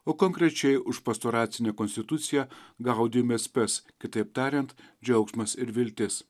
o konkrečiai už pastoracinę konstituciją gaudijum espes kitaip tariant džiaugsmas ir viltis